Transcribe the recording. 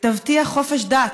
תבטיח חופש דת,